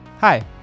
Hi